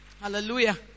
Hallelujah